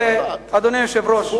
אדוני היושב-ראש,